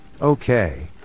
Okay